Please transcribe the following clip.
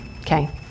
okay